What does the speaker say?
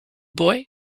boy